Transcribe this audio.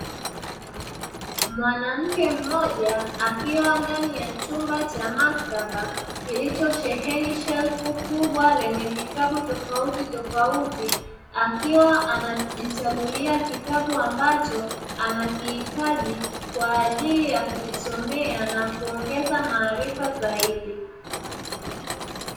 Mwanamke mmoja akiwa ndani ya chumba cha maktaba kilichosheheni shelfu kubwa lenye vitabu tofauti tofauti, akiwa anajichagulia kitabu kwaajili ya kujisomea na kujiongezea maarifa zaidi.